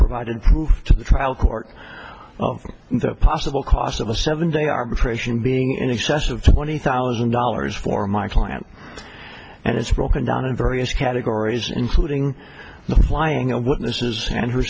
provided proof to the trial court the possible cost of a seven day arbitration being in excess of twenty thousand dollars for my client and it's broken down in various categories including the flying of witnesses and